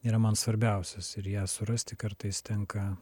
yra man svarbiausias ir ją surasti kartais tenka